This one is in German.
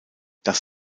das